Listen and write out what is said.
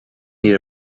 need